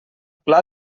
pla